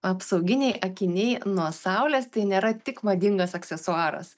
apsauginiai akiniai nuo saulės tai nėra tik madingas aksesuaras